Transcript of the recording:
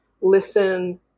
listen